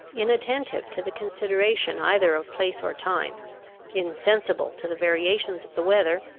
inattentive to the consideration either of place or time insensible to the variations of the weather,